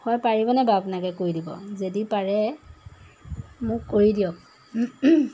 হয় পাৰিবনে বাৰু আপোনালোকে কৰি দিব যদি পাৰে মোক কৰি দিয়ক